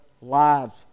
lives